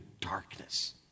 darkness